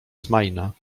smaina